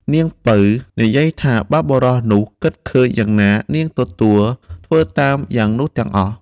នាងពៅនិយាយថាបើបុរសនោះគិតឃើញយ៉ាងណា នាងទទួលធ្វើតាមយ៉ាងនោះទាំងអស់ ។